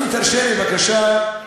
אם תרשה לי, בבקשה,